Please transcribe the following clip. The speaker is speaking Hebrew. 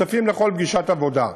שותפים לכל פגישת עבודה,